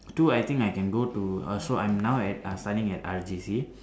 two I think I can go to uh so I'm now at uh studying at R_J_C